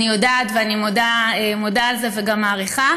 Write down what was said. אני יודעת, ואני מודה על זה וגם מעריכה,